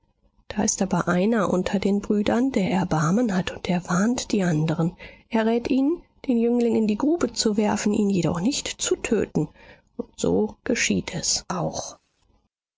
da ist aber einer unter den brüdern der erbarmen hat und er warnt die andern er rät ihnen den jüngling in die grube zu werfen ihn jedoch nicht zu töten und so geschieht es auch